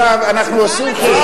תשובה מצוינת.